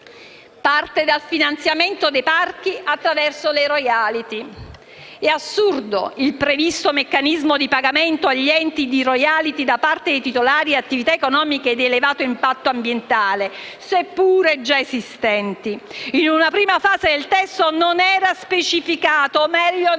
parte dal finanziamento dei parchi attraverso le *royalty*. È assurdo il previsto meccanismo di pagamento agli enti di *royalty* da parte dei titolari di attività economica di elevato impatto ambientale, seppure già esistenti. In una prima fase del testo non era specificato o meglio non